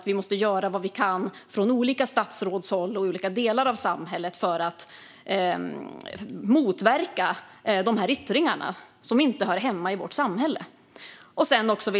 Vi måste göra vad vi kan från olika statsråds håll och i olika delar av samhället för att motverka dessa yttringar, som inte hör hemma i vårt samhälle.